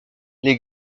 les